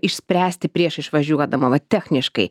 išspręsti prieš išvažiuodama va techniškai